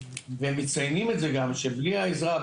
והם מציינים את זה גם שבלי העזרה,